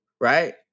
Right